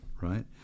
right